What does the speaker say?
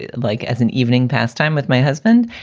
like as an evening pass time with my husband.